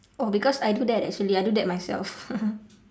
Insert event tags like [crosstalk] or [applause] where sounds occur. oh because I do that actually I do that myself [laughs]